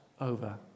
over